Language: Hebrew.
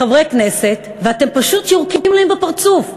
חברי כנסת, ואתם פשוט יורקים להם בפרצוף.